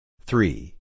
three